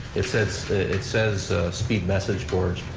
it says it says speed message boards,